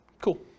Cool